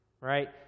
Right